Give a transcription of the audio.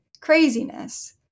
craziness